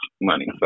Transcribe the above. money